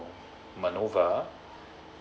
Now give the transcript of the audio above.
manoeuvre